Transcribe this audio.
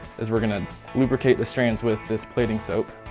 is we're going to lubricate the strands with this plaiting soap.